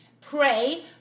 pray